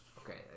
Okay